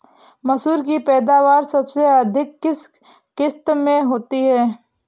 मसूर की पैदावार सबसे अधिक किस किश्त में होती है?